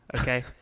okay